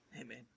amen